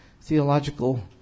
theological